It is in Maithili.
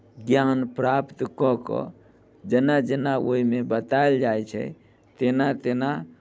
ज्ञान प्राप्त कऽ कऽ जेना जेना ओहिमे बतायल जाइत छै तेना तेना